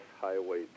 Highway